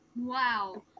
Wow